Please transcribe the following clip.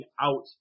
out